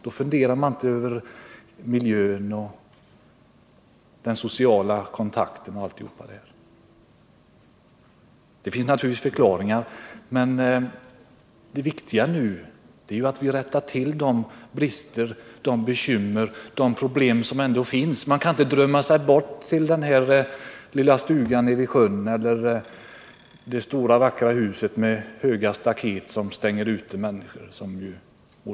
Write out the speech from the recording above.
Då funderade man inte över miljön, den sociala kontakten och allt det där. Det finns naturligtvis förklaringar till att det blev som det blev. Det viktiga nu är att vi rättar till de brister och avlägsnar de bekymmer och problem som finns. Man kan inte bara, som moderaterna gör, drömma sig bort till den lilla stugan nere vid sjön eller till det stora vackra huset med högt staket, som stänger ute människor.